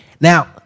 Now